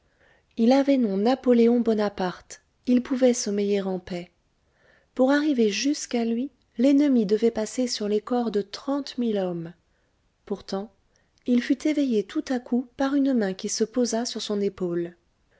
il avait nom napoléon bonaparte il pouvait sommeiller en paix pour arriver jusqu'à lui l'ennemi devait passer sur les corps de trente mille hommes pourtant il fut éveillé tout à coup par une main qui se posa sur son épaule